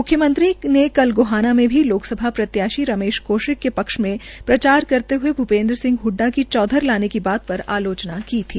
म्ख्यमंत्री ने कल गोहाना में भी लोकसभा प्रत्याशी रमेश कोशिक के क्ष में प्रचार करते हये भूपेन्द्र सिंह हडडा की चौधर लाने की बात पर आलोचना की थी